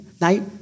night